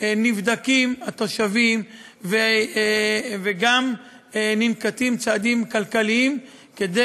נבדקים התושבים וגם ננקטים צעדים כלכליים כדי